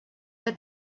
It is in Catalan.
que